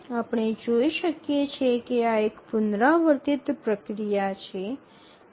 આપણે જોઈ શકીએ છીએ કે આ એક પુનરાવર્તિત પ્રક્રિયા છે